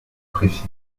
précises